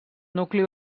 nucli